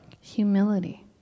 Humility